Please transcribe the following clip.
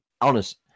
Honest